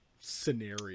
scenario